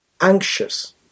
anxious